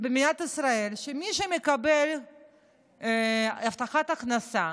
במדינת ישראל שמי שמקבל הבטחת הכנסה